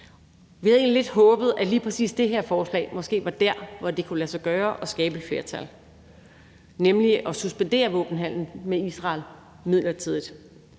at lige præcis det her forslag måske var der, hvor det kunne lade sig gøre at skabe et flertal, nemlig at suspendere våbenhandel med Israel midlertidigt,